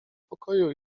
pokoju